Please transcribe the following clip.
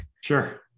Sure